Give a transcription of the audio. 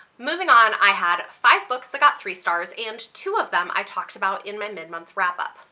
moving on i had five books that got three stars and two of them i talked about in my mid-month wrap up.